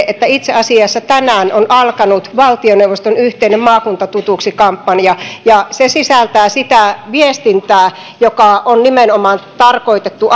että itse asiassa tänään on alkanut valtioneuvoston yhteinen maakunta tutuksi kampanja se sisältää sitä viestintää joka nimenomaan on tarkoitettu